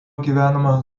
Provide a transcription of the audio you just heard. gyvenama